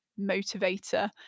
motivator